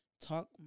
talk